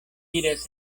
iras